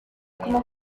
como